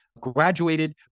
graduated